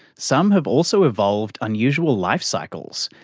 some have also evolved unusual lifecycles,